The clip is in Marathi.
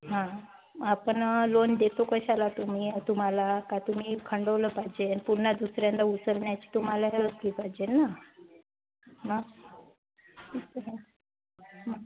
हां आपनं लोन देतो कशाला तुम्ही तुम्हाला का तुम्ही खंडवलं पाहिजे आणि पुन्हा दुसऱ्यांना उसरन्याची तुम्हाला हे असली पाहिजे ना मी